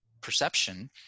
perception